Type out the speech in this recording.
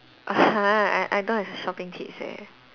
!huh! I I don't have shopping tips